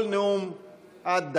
כל נאום עד דקה,